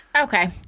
okay